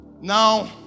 now